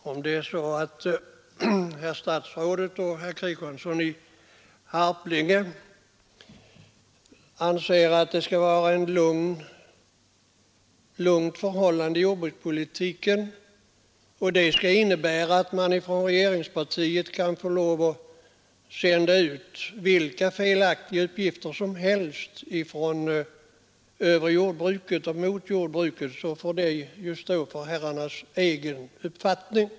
Om herr statsrådet och herr Kristiansson i Harplinge anser att det skall vara ett lugnt förhållande ijordbrukspolitiken och att det skall innebära att man från regeringspartiet kan få lov att sända ut vilka felaktiga uppgifter som helst om jordbruket och mot jordbruket, så får det stå som herrarnas egen uppfattning.